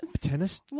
Tennis